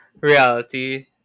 Reality